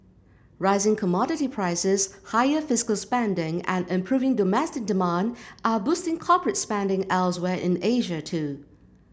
rising commodity prices higher fiscal spending and improving domestic demand are boosting corporate spending elsewhere in Asia too